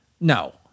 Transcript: No